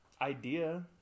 Idea